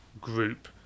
group